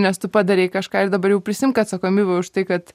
nes tu padarei kažką ir dabar jau prisiimk atsakomybę už tai kad